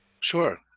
Sure